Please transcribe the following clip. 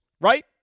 right